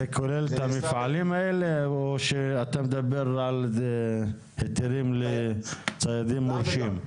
זה כולל את המפעלים האלה או שאתה מדבר על היתרים לציידים מורשים?